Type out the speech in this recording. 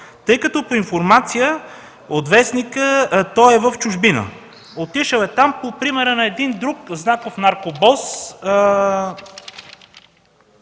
тъй като по информация от вестника то е в чужбина. Отишъл е там по примера на един друг знаков наркобос